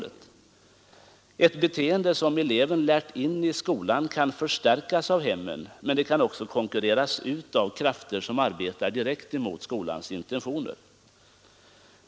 Ett beteende som eleverna har lärt in i skolan kan förstärkas av hemmen, men det kan också konkurreras ut av krafter som arbetar direkt emot skolans intentioner.